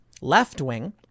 left-wing